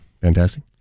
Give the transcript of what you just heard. Fantastic